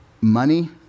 money